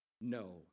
no